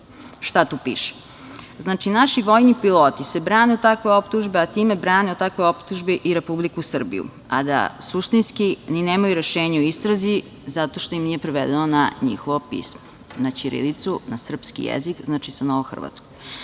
šta tu piše. Znači, naši vojni pilotise brane od takve optužbe, a time brane od takvih optužbi i Republiku Srbiju, a da suštinski ni nemaju rešenje o istrazi zato što im nije prevedeno na njihovo pismo, na ćirilicu, na srpski jezik sa novohrvatskog. Trenutno